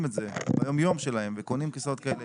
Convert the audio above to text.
את זה ביום-יום שלהם וקונים כיסאות כאלה,